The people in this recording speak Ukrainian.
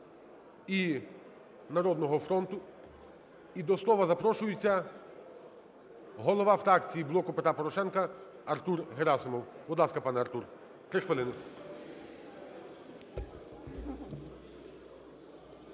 і "Народного фронту". І до слова запрошується голова фракції "Блоку Петра Порошенка" Артур Герасимов. Будь ласка, пане Артур, 3 хвилини.